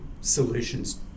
solutions